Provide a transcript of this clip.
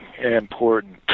important